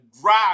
drive